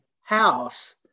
house